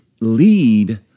lead